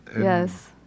Yes